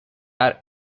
are